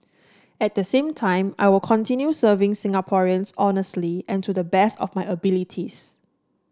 at the same time I will continue serving Singaporeans honestly and to the best of my abilities